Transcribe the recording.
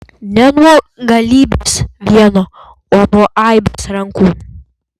ne nuo galybės vieno o nuo aibės rankų